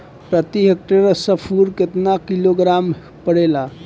प्रति हेक्टेयर स्फूर केतना किलोग्राम पड़ेला?